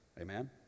Amen